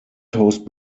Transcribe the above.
coast